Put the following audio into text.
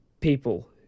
people